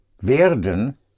Werden